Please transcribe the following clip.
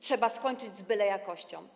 Trzeba skończyć z bylejakością.